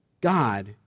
God